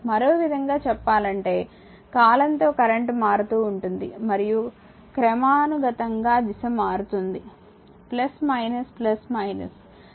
మరోవిధంగా చెప్పాలంటే కాలంతో కరెంట్ మారుతూ ఉంటుంది మరియు క్రమానుగతంగా దిశ మారుతుంది